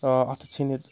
اَتھٕ ژھٮ۪نِتھ